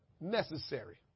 necessary